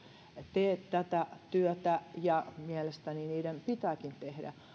tee tätä työtä ja mielestäni niiden pitääkin tehdä